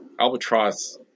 Albatross